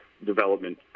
development